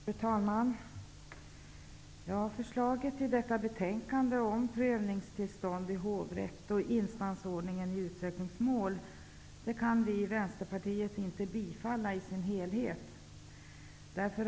Fru talman! Förslaget i detta betänkande om prövningstillstånd i hovrätt och instansordningen i utsökningsmål kan vi i vänsterpartiet inte bifalla i dess helhet.